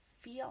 feel